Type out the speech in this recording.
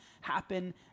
happen